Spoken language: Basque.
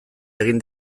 egin